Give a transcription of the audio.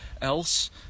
else